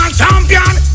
champion